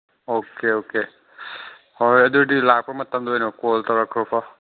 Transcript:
okay okay ꯍꯣꯏ ꯍꯣꯏ ꯑꯗꯨꯗꯤ ꯂꯥꯛꯄ ꯃꯇꯝꯗ ꯑꯣꯏꯅ ꯀꯣꯜ ꯇꯧꯔꯛꯈ꯭ꯔꯣꯀꯣ